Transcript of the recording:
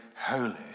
holy